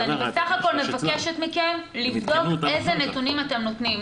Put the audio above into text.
אבל אני בסך הכול מבקשת מכם לבדוק איזה נתונים אתם נותנים.